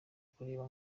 kureba